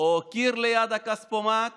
או קיר ליד הכספומט